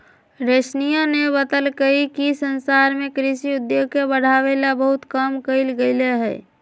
रोशनीया ने बतल कई कि संसार में कृषि उद्योग के बढ़ावे ला बहुत काम कइल गयले है